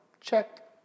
check